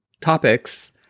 topics